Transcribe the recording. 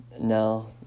No